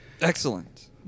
Excellent